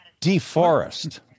deforest